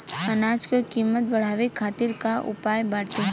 अनाज क कीमत बढ़ावे खातिर का उपाय बाटे?